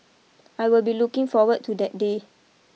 I will be looking forward to that day